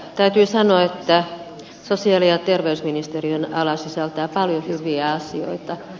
täytyy sanoa että sosiaali ja terveysministeriön ala sisältää paljon hyviä asioita